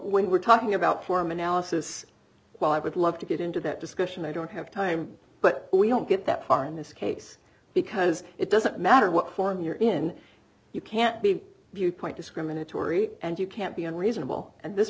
when we're talking about form analysis while i would love to get into that discussion i don't have time but we don't get that far in this case because it doesn't matter what form you're in you can't be viewpoint discriminatory and you can't be unreasonable and this